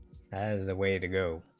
as a way to go